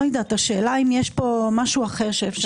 לא יודעת, השאלה אם יש כאן משהו אחר שאפשר לעשות.